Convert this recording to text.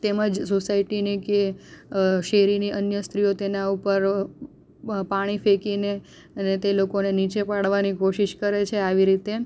તેમજ સોસાયટીની કે શેરીની અન્ય સ્ત્રીઓ તેના ઉપર પાણી ફેંકીને અને તે લોકોને નીચે પડવાની કોશિશ કરે છે આવી રીતે